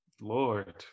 Lord